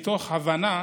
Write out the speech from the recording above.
מתוך הבנה